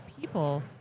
people